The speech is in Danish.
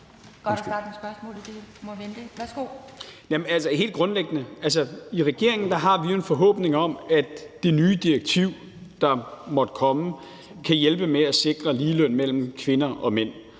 Beskæftigelsesministeren (Peter Hummelgaard): Helt grundlæggende: I regeringen har vi jo en forhåbning om, at det nye direktiv, der måtte komme, kan hjælpe med at sikre ligeløn mellem kvinder og mænd,